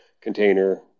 container